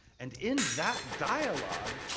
and in that dialogue,